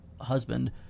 husband